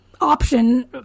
option